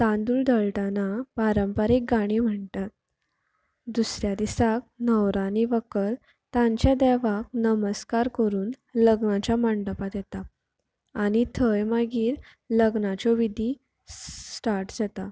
तांदूळ दळटना पारंपारीक गाणी म्हणटात दुसऱ्या दिसाक न्हवरो आनी व्हंकल तांच्या देवाक नमस्कार करून लग्नाच्या मंडपांत येतात आनी थंय मागीर लग्नाच्यो विधी स् स्टार्ट जातात